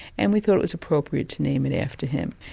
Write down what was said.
and we thought it was appropriate to name it after him.